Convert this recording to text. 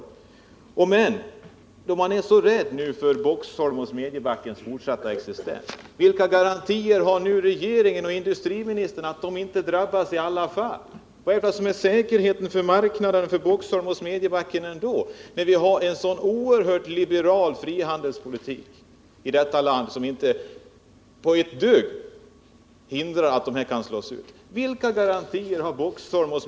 Man är mycket rädd om den fartsatta existensen av järnverk i Boxholm och Smedjebacken. Då undrar jag vilka garantier regeringen och industriministern har för att dessa verk inte drabbas i alla fall. Vad är det som utgör säkerheten för en marknad för Boxholms och Smedjebackens järnverk, när vi i detta land har en så oerhört liberal frihandelspolitik, som inte ett dugg hindrar att järnverken på dessa orter kan slås ut?